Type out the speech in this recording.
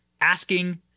asking